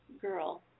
Girl